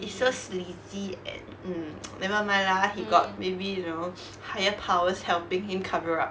it's so sleazy and mm never mind lah he got maybe you know higher powers helping him cover up